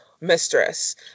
mistress